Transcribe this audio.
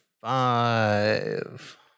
Five